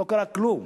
לא קרה כלום.